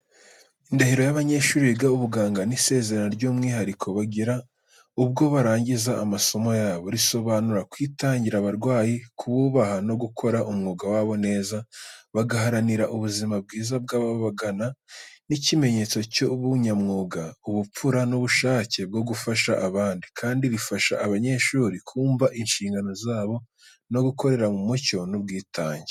Indahiro y’abanyeshuri biga ubuganga ni isezerano ry’umwihariko bagira ubwo barangiza amasomo yabo. Risobanura kwitangira abarwayi, kububaha no gukora umwuga wabo neza, bagaharanira ubuzima bwiza bw’ababagana. Ni ikimenyetso cy’ubunyamwuga, ubupfura n’ubushake bwo gufasha abandi, kandi rifasha abanyeshuri kumva inshingano zabo no gukorera mu mucyo n’ubwitange.